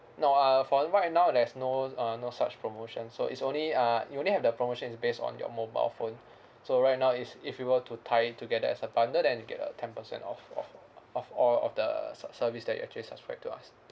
no uh for right now there's no uh no such promotion so it's only uh it only have the promotion is based on your mobile phone so right now is if you were to tie it together as a bundle then you get a ten percent off of of all of the ser~ service that you actually subscribe to us